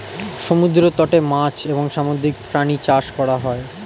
সমুদ্র তটে মাছ এবং সামুদ্রিক প্রাণী চাষ করা হয়